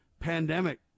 pandemic